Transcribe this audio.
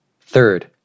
Third